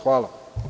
Hvala.